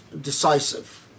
decisive